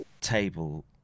table